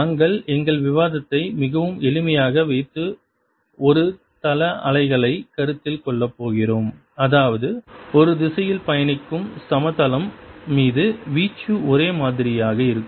நாங்கள் எங்கள் விவாதத்தை மிகவும் எளிமையாக வைத்து ஒருதள அலைகளை கருத்தில் கொள்ளப் போகிறோம் அதாவது ஒரு திசையில் பயணிக்கும் சமதளம் மீது வீச்சு ஒரே மாதிரியாக இருக்கும்